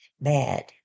bad